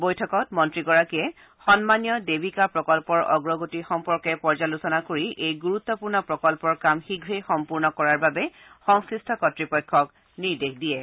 বৈঠকত মন্ত্ৰীগৰাকীয়ে সন্মানীয় দেৱীকা প্ৰকল্পৰ অগ্ৰগতি সম্পৰ্কে পৰ্যালোচনা কৰি এই গুৰুত্বপূৰ্ণ প্ৰকল্পৰ কাম শীঘে সম্পূৰ্ণ কৰাৰ বাবে সংশ্লিষ্ট কৰ্তৃপক্ষক নিৰ্দেশ দিয়ে